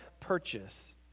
purchase